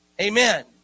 Amen